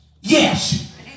Yes